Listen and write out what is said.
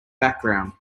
background